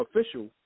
official